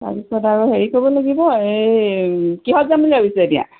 তাৰপিছত আৰু হেৰি কৰিব লাগিব এই কিহত যাম বুলি ভাবিছে এতিয়া